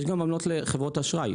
יש גם עמלות לחברות האשראי,